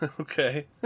Okay